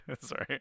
Sorry